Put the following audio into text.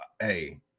hey